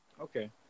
Okay